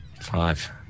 five